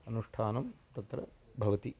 अनुष्ठानं तत्र भवति